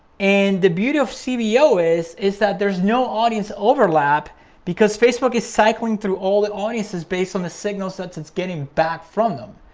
and the beauty of cbo is, is that there's no audience overlap because facebook is cycling through all the audiences based on the signal sets it's getting back from them.